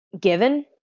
given